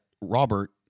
Robert